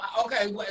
Okay